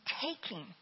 taking